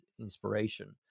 inspiration